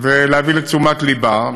ולהביא לתשומת לבה.